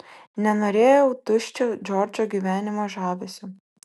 nenorėjau tuščio džordžo gyvenimo žavesio